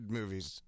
movies